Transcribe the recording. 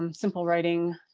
um simple writing,